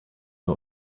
wir